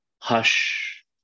hush